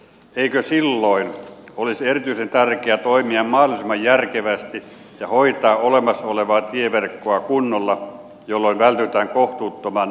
eikö silloin olisi erityisen tärkeää toimia mahdollisimman järkevästi ja hoitaa olemassa olevaa tieverkkoa kunnolla jolloin vältytään kohtuuttoman suurilta korjauskuluilta